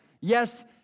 Yes